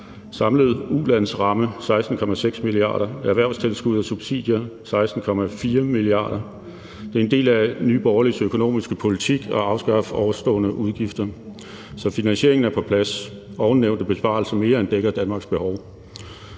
som er på 16,6 mia. kr., og erhvervstilskud og subsidier, som er på 16,4 mia. kr. Det er en del af Nye Borgerliges økonomiske politik at afskaffe de nævnte udgifter. Så finansieringen er på plads. De nævnte besparelser mere end dækker Danmarks behov.